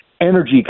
energy